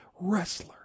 wrestler